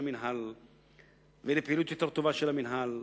המינהל ולפעילות יותר טובה של המינהל.